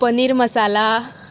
paneer masala